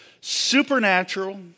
supernatural